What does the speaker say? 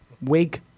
Wake